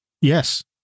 Yes